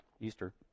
Easter